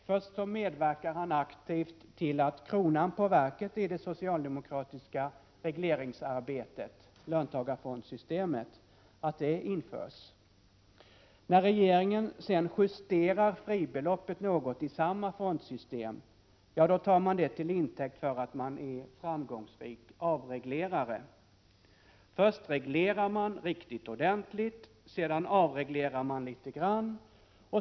Först medverkar han aktivt till att kronan på verket i det socialdemokratiska regleringsarbetet, löntagarfondssystemet, införs. När regeringen sedan justerar fribeloppet något i samma fondsystem, ja, då tar man det till intäkt för att man är framgångsrik avreglerare. Först reglerar man riktigt ordentligt — sedan avreglerar man litet grand.